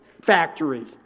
factory